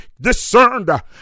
discerned